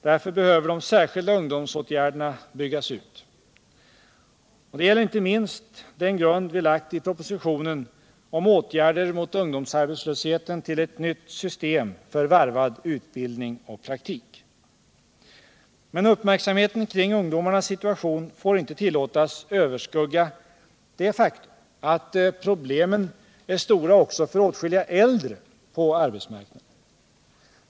Därför behöver de särskilda ungdomsåtgärderna byggas ut. Det gäller inte minst den grund som vi i propositionen om åtgärder mot ungdomsarbetslösheten har lagt till ett nytt system för varvad utbildning och Men uppmärksamheten kring ungdomarnas situation får inte tillåtas överskugga det faktum att problemen är stora också för åtskilliga äldre på arbetsmarknaden.